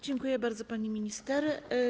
Dziękuję bardzo, pani minister.